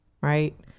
right